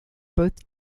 both